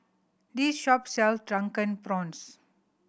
this shop sell Drunken Prawns